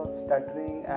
stuttering